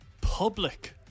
public